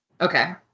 Okay